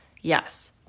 Yes